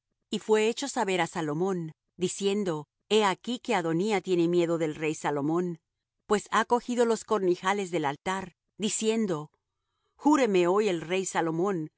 y fué hecho saber á salomón diciendo he aquí que adonía tiene miedo del rey salomón pues ha cogido los cornijales del altar diciendo júreme hoy el rey salomón